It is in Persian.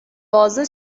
بازه